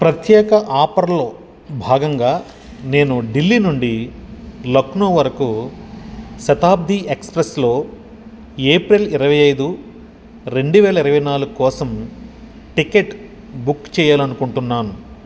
ప్రత్యేక ఆఫర్లో భాగంగా నేను ఢిల్లీ నుండి లక్నో వరకు శతాబ్ది ఎక్స్ప్రెస్లో ఏప్రిల్ ఇరవై ఐదు రెండు వేల ఇరవై నాలుగు కోసం టికెట్ బుక్ చెయ్యాలనుకుంటున్నాను